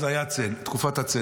אז הייתה תקופת הצנע,